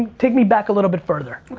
take me back a little bit further.